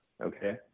Okay